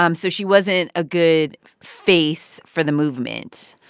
um so she wasn't a good face for the movement.